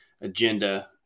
agenda